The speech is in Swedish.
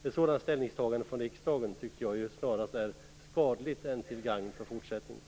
Ett sådant ställningstagande från riksdagen tycker jag snarare är skadligt än till gagn för fortsättningen.